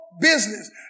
business